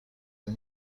and